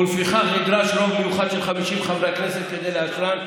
ולפיכך נדרש רוב מיוחד של 50 חברי כנסת כדי לאשרן.